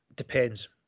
depends